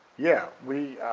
yeah, we